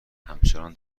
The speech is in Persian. همچنان